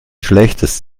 schlechtes